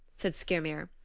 said skyrmir,